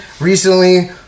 Recently